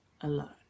alone